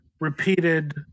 repeated